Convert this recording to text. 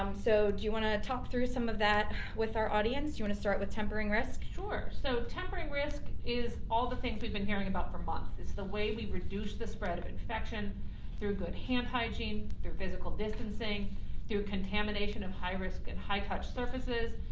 um so do you wanna talk through some of that with our audience? you wanna start with tempering risk? sure, so tempering risk, is all the things we've been hearing about for months. it's the way we reduce the spread of infection through good hand hygiene, through physical distancing through contamination of high risk and high touch surfaces.